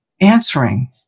answering